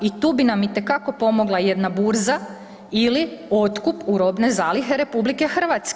I tu bi nam itekako pomogla jedna burza ili otkup u robne zalihe RH.